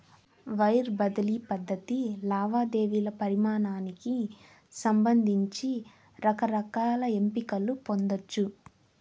wire బదిలీ పద్ధతి లావాదేవీల పరిమానానికి సంబంధించి రకరకాల ఎంపికలు పొందచ్చు